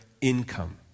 income